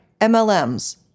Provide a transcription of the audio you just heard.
MLMs